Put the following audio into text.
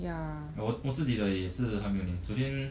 我自己的也是还没有粘昨天